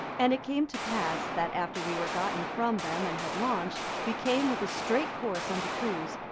and it came to pass, that after we were gotten from them, and had launched, we came with a straight course unto coos,